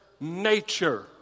nature